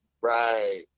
right